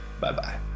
Bye-bye